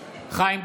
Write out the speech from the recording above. חיים ביטון,